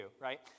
right